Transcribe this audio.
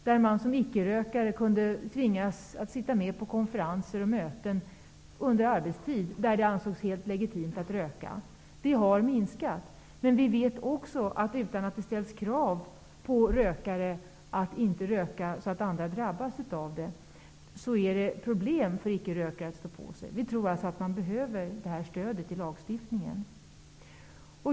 Då kunde man som ickerökare på arbetstid tvingas sitta med på konferenser och möten där det ansågs helt legitimt att röka. Detta har minskat. Men vi vet också att det, utan att det ställs krav på rökare att inte röka så att andra drabbas av det, är problem för ickerökare att stå på sig. Vi tror alltså att man behöver det här stödet i lagstiftningen.